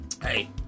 Hey